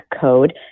code